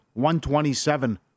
127